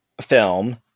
film